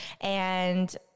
and-